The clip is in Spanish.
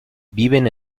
viven